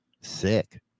sick